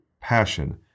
passion